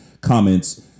comments